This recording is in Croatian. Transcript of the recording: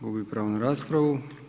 Gubi pravo na raspravu.